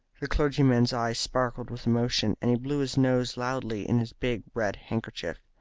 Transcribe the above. the clergyman's eyes sparkled with emotion, and he blew his nose loudly in his big red handkerchief.